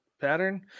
pattern